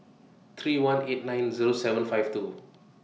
three one eight nine Zero seven five two